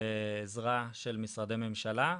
ועזרה של משרדי ממשלה,